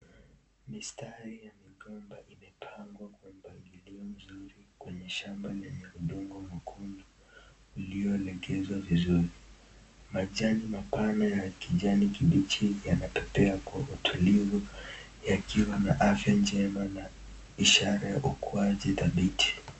Mistari ya migomba imepangwa kwa mpagilio mizuri kwenye shamba lenye udongo mwekundu , uliolegezwa vizuri, majani mapana ya kijani kibichi yanapepea kwa utulivu yakiwa na afya njema ishara ya ukuwajji dhabiti.